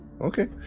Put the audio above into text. Okay